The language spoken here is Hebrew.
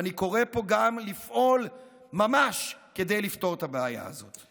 ואני קורא פה גם לפעול ממש כדי לפתור את הבעיה הזאת.